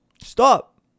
Stop